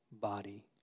body